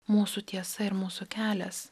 mūsų tiesa ir mūsų kelias